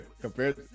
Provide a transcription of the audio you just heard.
compared